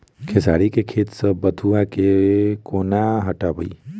खेसारी केँ खेत सऽ बथुआ केँ कोना हटाबी